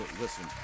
listen